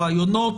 רעיונות,